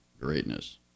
greatness